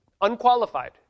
Unqualified